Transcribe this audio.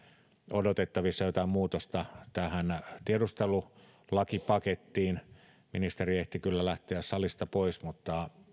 odotettavissa jotain muutosta tähän tiedustelulakipakettiin liittyen ministeri ehti kyllä lähteä salista pois mutta